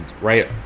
right